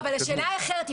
השאלה היא אחרת.